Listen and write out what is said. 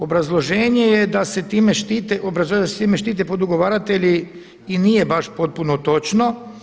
Obrazloženje je da se time štite podugovaratelji i nije baš potpuno točno.